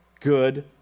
good